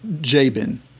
Jabin